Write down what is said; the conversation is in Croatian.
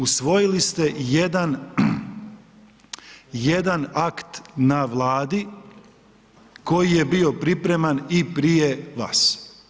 Usvojili ste jedan akt na Vladi koji je bio pripreman i prije vas.